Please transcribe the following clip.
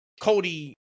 Cody